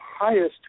highest